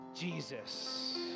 Jesus